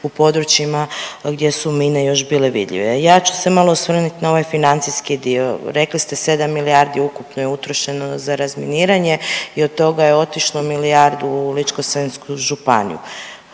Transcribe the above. u područjima gdje su mine još bile vidljive. Ja ću se malo osvrnit na ovaj financijski dio. Rekli ste, 7 milijardi je ukupno je otrošeno za razminiranje i od toga je otišlo milijardu u Ličko-senjsku županiju.